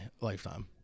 lifetime